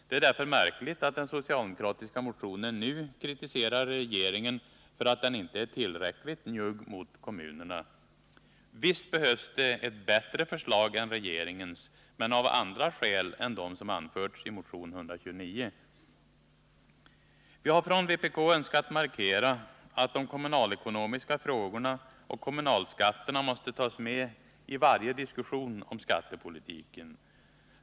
Det är därför märkligt att man i den socialdemokratiska motionen nu kritiserar regeringen för att den inte är tillräckligt njugg mot kommunerna. Visst behövs det ett bättre förslag än regeringens, men av andra skäl än de som anförs i motion 129. Vi har från vpk önskat markera att de kommunalekonomiska frågorna och kommunalskatterna måste tas med i varje diskussion om skattepolitiken.